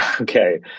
okay